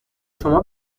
شما